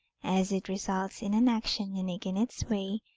as it results in an action unique in its way,